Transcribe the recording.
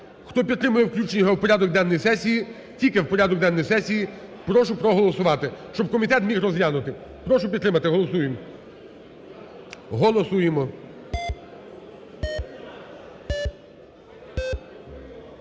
Хто підтримує включення його в порядок денний сесії, тільки в порядок денний сесії, прошу проголосувати, щоб комітет міг розглянути. Прошу підтримати, голосуємо. Голосуємо.